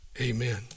amen